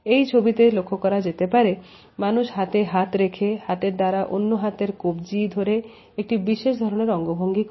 এই ছবিতে লক্ষ্য করা যেতে পারে মানুষ হাতে হাত রেখে হাতের দ্বারা অন্য হাতের কব্জি ধরে একটি বিশেষ ধরনের অঙ্গভঙ্গি করে